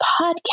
podcast